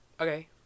Okay